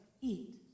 eat